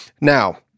Now